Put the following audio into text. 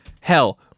Hell